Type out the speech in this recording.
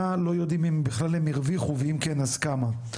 לא יודעים אם הם בכלל הרוויחו ואם כן אז כמה.